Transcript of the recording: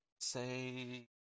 say